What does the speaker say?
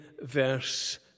verse